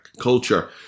culture